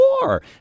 war